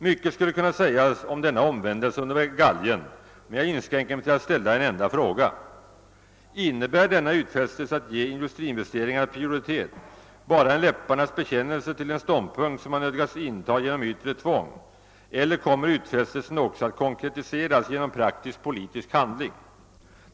Mycket skulle kunna sägas om denna omvändelse under galgen, men jag skall inskränka mig till att ställa en enda fråga: Innebär denna utfästelse att ge industriinvesteringarna prioritet bara en läpparnas bekännelse till en ståndpunkt, som man nödgats inta genom yttre tvång, eller kommer utfästelsen också att konkretiseras genom praktisk politisk handling?